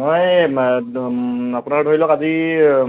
মই আপোনাৰ ধৰি লওক আজি